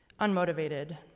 unmotivated